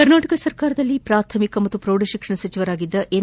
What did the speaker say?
ಕರ್ನಾಟಕ ಸರ್ಕಾರದಲ್ಲಿ ಪ್ರಾಥಮಿಕ ಮತ್ತು ಪ್ರೌಢ ಶಿಕ್ಷಣ ಸಚಿವರಾಗಿದ್ದ ಎನ್